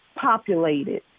populated